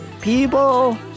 People